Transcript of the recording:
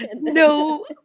No